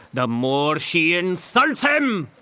the more she insults him!